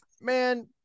man